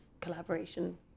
collaboration